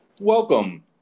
Welcome